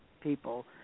people